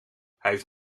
heeft